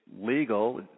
legal